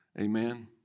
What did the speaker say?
Amen